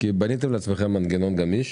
בניתם לעצמכם מנגנון גמיש